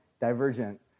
divergent